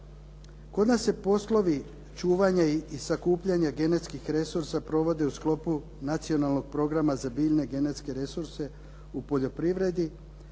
Kod nas se poslovi čuvanja i sakupljanja genetskih resursa provode u sklopu Nacionalnog programa za biljne genetske resurse u poljoprivredi,